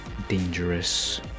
dangerous